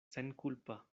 senkulpa